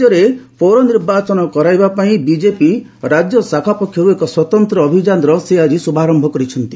ରାଜ୍ୟରେ ପୌର ନିର୍ବାଚନ କରାଇବା ପାଇଁ ବିଜେପି ରାଜ୍ୟ ଶାଖା ପକ୍ଷରୁ ଏକ ସ୍ୱତନ୍ତ୍ର ଅଭିଯାନର ସେ ଆଜି ଶ୍ରଭାରମ୍ଭ କରିଛନ୍ତି